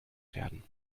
werden